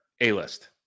a-list